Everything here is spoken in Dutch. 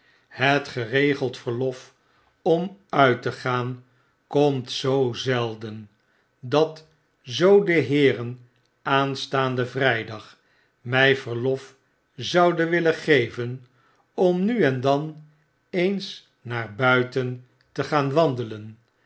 het geregeld verlof om uit te gaan komt zoo zelden dat zoo de heeren aanstaanden vrijdag my verlof zouden willen geven om nu en dan eens naar buiten te gaan wandelen